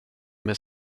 med